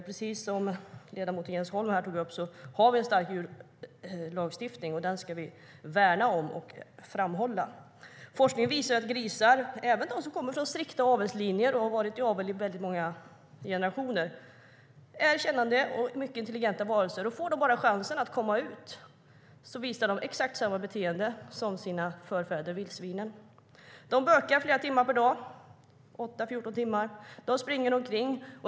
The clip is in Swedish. Precis som ledamoten Jens Holm tog upp har vi en stark djurlagstiftning, och den ska vi värna om och framhålla. Forskningen visar att även grisar som kommer från strikta avelslinjer där grisarna har varit i avel i många generationer är kännande och mycket intelligenta varelser. Får de bara chansen att komma ut visar de exakt samma beteende som sina förfäder vildsvinen. De bökar i 8-14 timmar per dag och springer omkring.